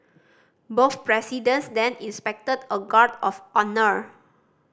both presidents then inspected a guard of honour